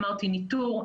אמרתי ניטור,